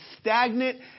stagnant